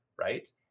right